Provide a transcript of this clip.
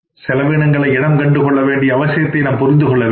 செலவினங்களை இனம் கண்டுகொள்ள வேண்டிய அவசியத்தை நாம் புரிந்து கொள்ள வேண்டும்